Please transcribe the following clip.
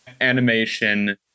animation